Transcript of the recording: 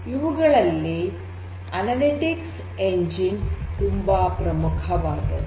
ಇವುಗಳಲ್ಲಿ analytics engine ತುಂಬಾ ಪ್ರಮುಖವಾದದ್ದು